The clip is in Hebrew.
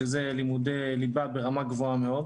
שזה לימודי ליבה ברמה גבוהה מאוד.